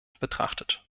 betrachtet